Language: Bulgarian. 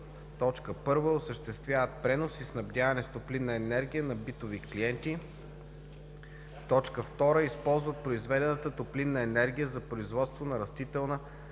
които: 1. осъществяват пренос и снабдяване с топлинна енергия на битови клиенти; 2. използват произведената топлинна енергия за производство на растителна земеделска